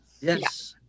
yes